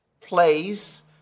plays